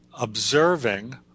observing